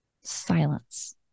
silence